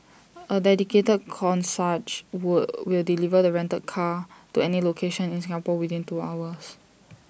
A dedicated concierge wall will deliver the rented car to any location in Singapore within two hours